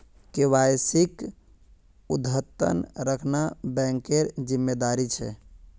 केवाईसीक अद्यतन रखना बैंकेर जिम्मेदारी छे